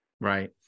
Right